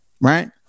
right